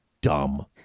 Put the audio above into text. dumb